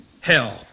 hell